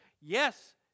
Yes